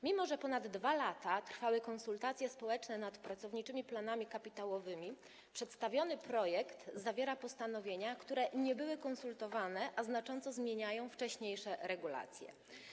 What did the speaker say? Mimo że ponad 2 lata trwały konsultacje społeczne w sprawie pracowniczych planów kapitałowych, przedstawiony projekt zawiera postanowienia, które nie były konsultowane, a znacząco zmieniają wcześniejsze regulacje.